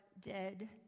dead